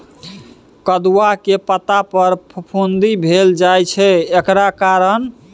कदुआ के पता पर फफुंदी भेल जाय छै एकर कारण?